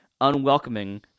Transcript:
unwelcoming